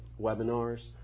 webinars